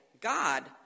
God